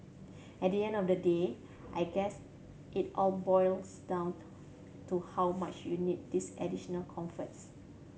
at the end of the day I guess it all boils down to how much you need these additional comforts